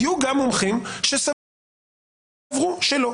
היו גם מומחים שסברו שלא.